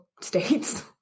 states